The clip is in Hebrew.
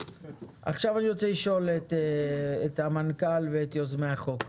אני רוצה לשאול את המנכ"ל ואת יוזמי החוק.